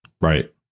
Right